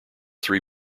three